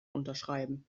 unterschreiben